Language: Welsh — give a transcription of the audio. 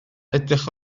edrych